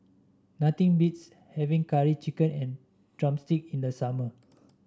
nothing beats having Curry Chicken and drumstick in the summer